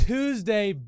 Tuesday